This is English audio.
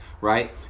right